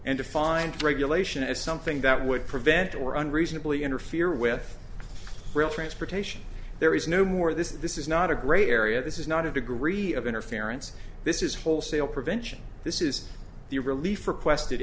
defined regulation as something that would prevent or unreasonably interfere with transportation there is no more of this this is not a great area this is not a degree of interference this is wholesale prevention this is the relief requested